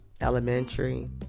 elementary